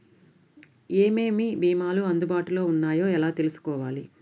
ఏమేమి భీమాలు అందుబాటులో వున్నాయో ఎలా తెలుసుకోవాలి?